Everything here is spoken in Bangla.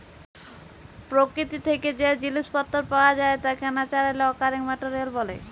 পরকিতি থ্যাকে যে জিলিস পত্তর পাওয়া যায় তাকে ন্যাচারালি অকারিং মেটেরিয়াল ব্যলে